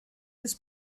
his